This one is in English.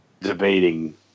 debating